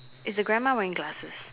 is the grandma wearing glasses